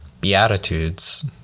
Beatitudes